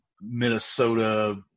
Minnesota